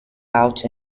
out